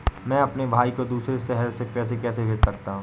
मैं अपने भाई को दूसरे शहर से पैसे कैसे भेज सकता हूँ?